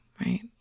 right